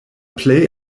plej